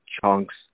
chunks